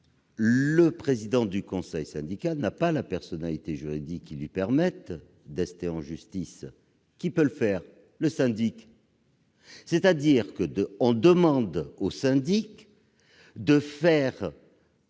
Le président du conseil syndical n'a pas la personnalité juridique lui permettant d'ester en justice. Qui peut le faire ? Le syndic ! On demande donc au syndic de porter